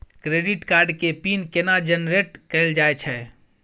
Credit card के pin केना generate कैल जाए छै?